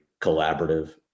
collaborative